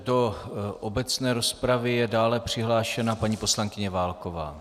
Do obecné rozpravy je dále přihlášena paní poslankyně Válková.